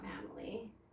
family